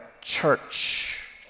church